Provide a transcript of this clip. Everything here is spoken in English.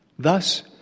Thus